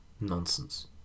nonsense